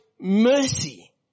Mercy